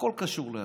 הכול קשור לכול.